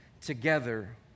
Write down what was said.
together